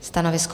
Stanovisko?